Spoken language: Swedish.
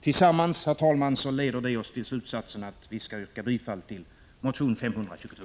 Tillsammans, herr talman, leder dessa synpunkter oss till slutsatsen att vi skall yrka bifall till motion 522.